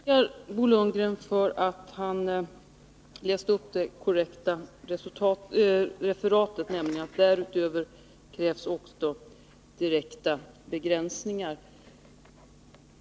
Herr talman! Jag tackar Bo Lundgren för att han läste upp det korrekta referatet, nämligen att ”därutöver krävs också direkta begränsningsåtgärder”.